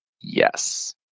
Yes